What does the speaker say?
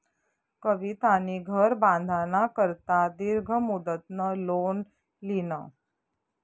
कवितानी घर बांधाना करता दीर्घ मुदतनं लोन ल्हिनं